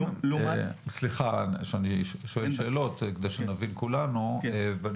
סליחה שאני שואל שאלות כדי שנבין כולנו ואני